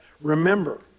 remember